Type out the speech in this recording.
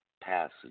passage